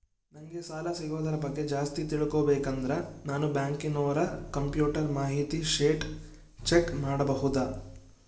ನಂಗೆ ಸಾಲ ಸಿಗೋದರ ಬಗ್ಗೆ ಜಾಸ್ತಿ ತಿಳಕೋಬೇಕಂದ್ರ ನಾನು ಬ್ಯಾಂಕಿನೋರ ಕಂಪ್ಯೂಟರ್ ಮಾಹಿತಿ ಶೇಟ್ ಚೆಕ್ ಮಾಡಬಹುದಾ?